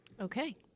Okay